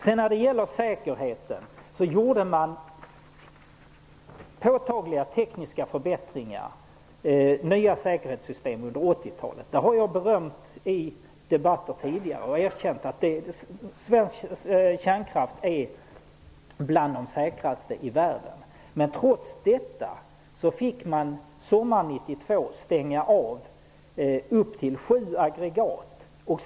Vad gäller säkerheten gjorde man under 80-talet påtagliga tekniska förbättringar och införde nya säkerhetssystem. Jag har tidigare i debatter berömt detta och erkänt att svensk kärnkraft är bland de säkraste i världen. Men trots detta fick man sommaren 1992 stänga av upp till sju aggregat.